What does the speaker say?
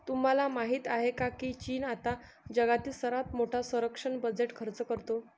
तुम्हाला माहिती आहे का की चीन आता जगातील सर्वात मोठा संरक्षण बजेट खर्च करतो?